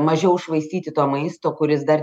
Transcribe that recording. mažiau švaistyti to maisto kuris dar